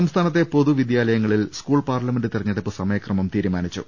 സംസ്ഥാനത്തെ പൊതുവിദ്യാലയങ്ങളിൽ school parliament തെരഞ്ഞെടുപ്പ് സമയക്രമം തീരുമാനിച്ചു